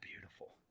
Beautiful